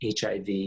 HIV